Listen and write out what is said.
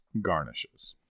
garnishes